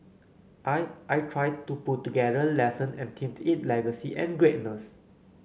I I tried to put together lesson and themed it legacy and greatness